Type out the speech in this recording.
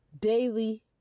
daily